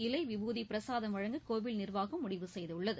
இலை விபூதி பிரசாதம் வழங்க கோவில் நிர்வாகம் முடிவு செய்துள்ளது